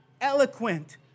eloquent